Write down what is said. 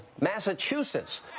Massachusetts